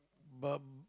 but